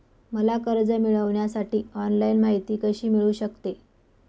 मला कर्ज मिळविण्यासाठी ऑनलाइन माहिती कशी मिळू शकते?